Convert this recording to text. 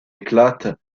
éclate